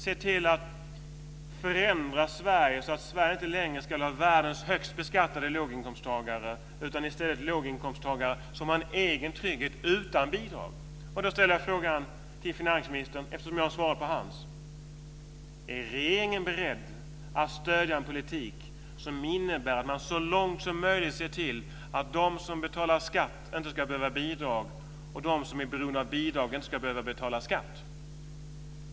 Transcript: Se till att förändra Sverige så att Sverige inte längre ska ha världens högst beskattade låginkomsttagare utan i stället låginkomsttagare som har en egen trygghet utan bidrag. Jag ställer då frågan till finansministern, eftersom jag har svarat på hans fråga: Är regeringen beredd att stödja en politik som innebär att man så långt som möjligt ser till att de som betalar skatt inte ska behöva ha bidrag och att de som är beroende av bidrag inte ska behöva betala skatt?